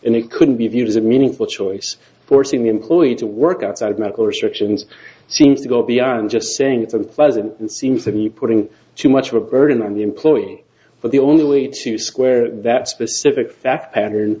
and it couldn't be viewed as a meaningful choice forcing the employee to work outside medical research and seems to go beyond just saying it's unpleasant and seems to be putting too much of a burden on the employee but the only way to square that specific fact pattern